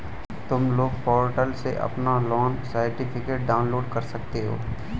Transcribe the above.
तुम loan portal से अपना लोन सर्टिफिकेट डाउनलोड कर सकते हो